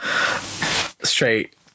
straight